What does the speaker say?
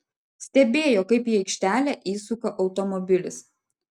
stebėjo kaip į aikštelę įsuka automobilis